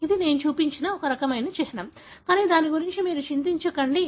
ఇది నేను చూపించిన ఒక రకమైన చిహ్నం కానీ దాని గురించి మీరు చింతించకండి